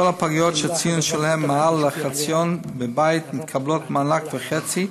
כל הפגיות שהציון שלהם הוא מעל לחציון בבית מקבלות מענק וחצי,